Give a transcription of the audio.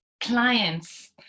clients